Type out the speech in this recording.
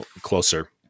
closer